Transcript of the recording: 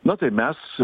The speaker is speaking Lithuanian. na tai mes